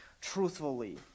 truthfully